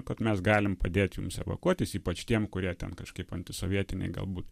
kad mes galim padėt jums evakuotis ypač tiem kurie ten kažkaip antisovietinei galbūt